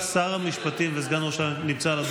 חבר הכנסת שירי,